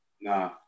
Nah